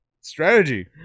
Strategy